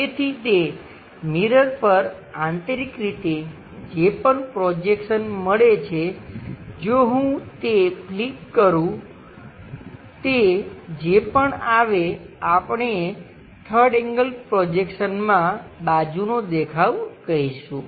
તેથી તે મિરર પર આંતરિક રીતે જે પણ પ્રોજેક્શન મળે છે જો હું તે ફ્લિપ કરું તે જે પણ આવે આપણે 3rd એંગલ પ્રોજેક્શનમાં બાજુનો દેખાવ કહીશું